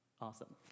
Awesome